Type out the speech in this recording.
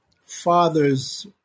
father's